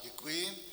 Děkuji.